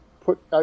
put